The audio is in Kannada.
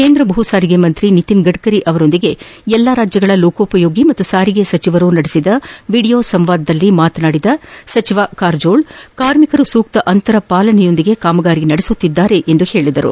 ಕೇಂದ್ರ ಭೂ ಸಾರಿಗೆ ಸಚಿವ ನಿತಿನ್ ಗಡ್ಡರಿ ಅವರೊಂದಿಗೆ ಎಲ್ಲಾ ರಾಜ್ಯಗಳ ಲೋಕೋಪಯೋಗಿ ಹಾಗೂ ಸಾರಿಗೆ ಸಚಿವರು ನಡೆಸಿದ ವಿಡಿಯೋ ಸಂವಾದದಲ್ಲಿ ಮಾತನಾಡಿದ ಕಾರಜೋಳ್ ಕಾರ್ಮಿಕರು ಸೂಕ್ತ ಅಂತರ ಪಾಲನೆಯೊಂದಿಗೆ ಕಾಮಗಾರಿ ನಡೆಸುತ್ತಿದ್ದಾರೆ ಎಂದು ತಿಳಿಸಿದರು